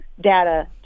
data